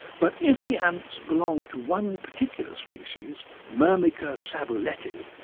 but if the ants belong to one particular species, myrmica sabuleti,